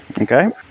Okay